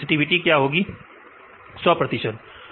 विद्यार्थी 100 प्रतिशत 100 प्रतिशत सही है